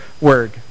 word